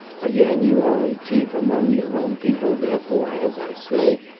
again, you are a chief among your own people therefore, as i say,